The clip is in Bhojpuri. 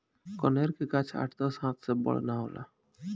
कनेर के गाछ आठ दस हाथ से बड़ ना होला